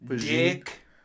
Dick